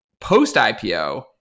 post-IPO